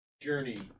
Journey